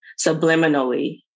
subliminally